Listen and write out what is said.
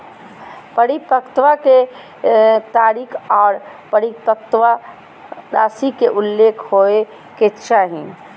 परिपक्वता के तारीख आर परिपक्वता राशि के उल्लेख होबय के चाही